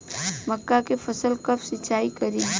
मका के फ़सल कब सिंचाई करी?